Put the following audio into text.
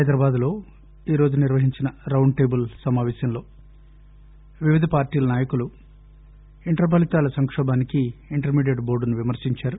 హైదరాబాద్లో ఈరోజు నిర్వహించిన రౌండ్ టేబుల్ సమావేశంలో వివిధ పార్షీల నాయకులు ప్రస్తుత ఇంటర్ ఫలితాల సంకోభానికి ఇంటర్మీడియెట్ బోర్డును విమర్పించారు